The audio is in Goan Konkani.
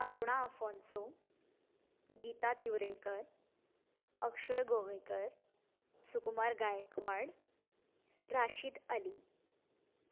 अरुणा आफॉन्सो गिता तिवरेकर अक्षय गोवेकर सुकमार गायकवाड राशीद अली